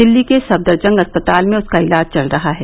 दिल्ली के सफदरजंग अस्पताल में उसका इलाज चल रहा है